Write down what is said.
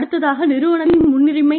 அடுத்ததாக நிறுவனத்தின் முன்னுரிமை